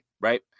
right